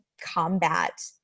combat